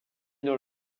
dans